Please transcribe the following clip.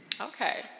Okay